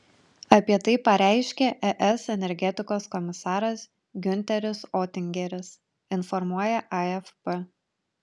apie tai pareiškė es energetikos komisaras giunteris otingeris informuoja afp